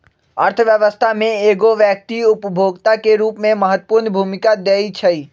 अर्थव्यवस्था में एगो व्यक्ति उपभोक्ता के रूप में महत्वपूर्ण भूमिका दैइ छइ